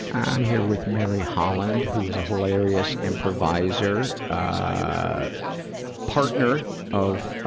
i'm here with mary holland, who is a hilarious improviser. ah partner of, ah,